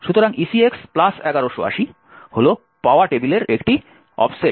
সুতরাং ECX 1180 হল পাওয়া টেবিলের একটি অফসেট